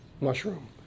mushroom